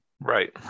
Right